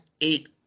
eight